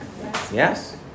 Yes